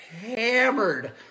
hammered